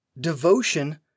Devotion